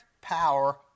power